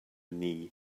knee